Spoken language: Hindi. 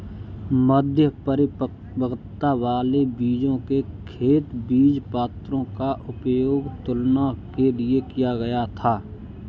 मध्य परिपक्वता वाले बीजों के खेत बीजपत्रों का उपयोग तुलना के लिए किया गया था